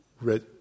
red